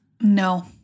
No